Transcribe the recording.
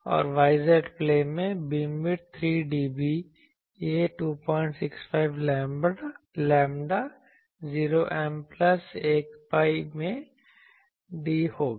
और y z plane में beamwidth 3 dB यह 265 लैम्ब्डा 0 M प्लस 1 pi में d होगा